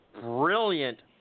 brilliant